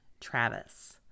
Travis